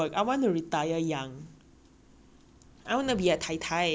I wanna be a tai tai I want to be a tai tai you understand